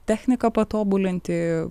techniką patobulinti